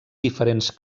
diferents